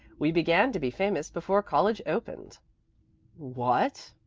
we began to be famous before college opened what?